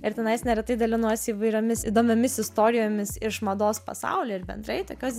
ir tenais neretai dalinuosi įvairiomis įdomiomis istorijomis iš mados pasaulio ir bendrai tai kas